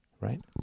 right